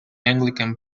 anglican